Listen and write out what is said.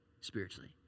spiritually